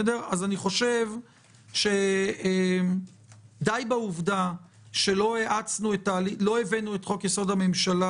אני חושב שדי בעובדה שלא הבאנו את חוק-יסוד: הממשלה